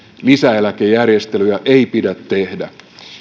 lisäeläkejärjestelyjä ei pidä tehdä